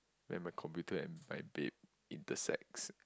then my computer and my date intersect